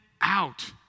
out